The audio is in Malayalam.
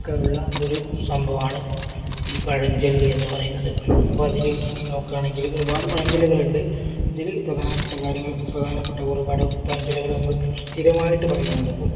ഒക്കെ ഉള്ള ഒരു സംഭവമാണ് ഈ പഴഞ്ചൊല്ല് എന്നു പറയുന്നത് അപ്പം അതിൽ നോക്കുകയാണെങ്കിൽ ഒരുപാട് പഴഞ്ചൊല്ലുകളുണ്ട് ഇതിൽ പ്രധാനപ്പെട്ട കാര്യങ്ങൾ പ്രധാനപ്പെട്ട ഒരുപാട് പഴഞ്ചൊല്ലുകൾ നമ്മൾ സ്ഥിരമായിട്ട് പറയുന്നുണ്ട് ഇപ്പം